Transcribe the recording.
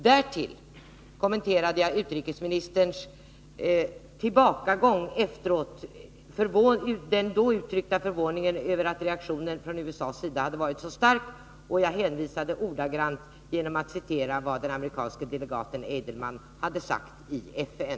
Därtill kommenterade jag utrikesministerns reträtt efteråt, i samband med den uttryckta förvåningen över att reaktionen från USA:s sida hade varit så stark. Jag citerade ordagrant vad den amerikanske delegaten Adelman hade sagt i FN.